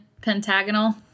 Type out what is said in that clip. Pentagonal